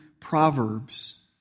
Proverbs